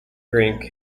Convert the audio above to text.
drink